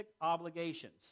obligations